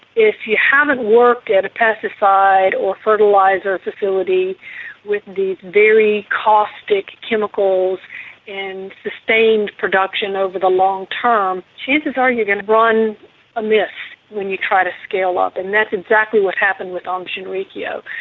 if you haven't worked at a pesticide or fertiliser facility with these very caustic chemicals in sustained production over the long term, chances are you're going to run amiss when you try to scale up, and that's exactly what happened with aum shinrikyo.